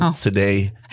today